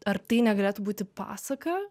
ar tai negalėtų būti pasaka